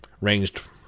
ranged